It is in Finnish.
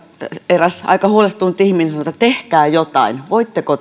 eräs aika huolestunut ihminen sanoi että tehkää jotain voitteko